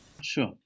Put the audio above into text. sure